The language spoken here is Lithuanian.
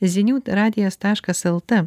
zinių radijas taškas lt